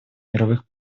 мировых